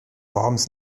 worms